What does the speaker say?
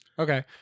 Okay